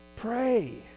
Pray